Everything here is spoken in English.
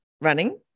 running